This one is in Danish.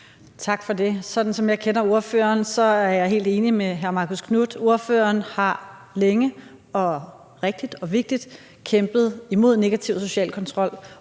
Tak for det. Sådan som jeg kender ordføreren, er jeg helt enig med hr. Marcus Knuth i, at ordføreren længe og rigtigt og vigtigt har kæmpet imod negativ social kontrol